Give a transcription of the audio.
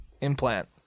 implant